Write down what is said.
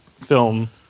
film